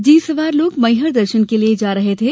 jeep सवार लोग मैहर दर्शन के लिए जा रहे थे